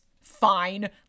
fine